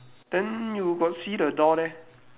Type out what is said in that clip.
then you got see the door there